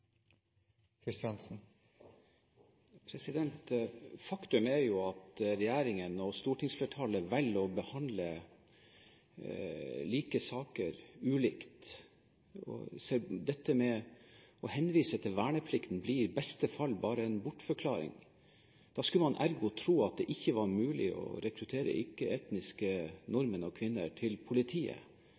jo at regjeringen og stortingsflertallet velger å behandle like saker ulikt. Å henvise til verneplikten blir i beste fall bare en bortforklaring, for da skulle man ergo tro at det ikke var mulig å rekruttere ikke-etniske nordmenn til politiet, fordi det der ikke